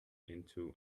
into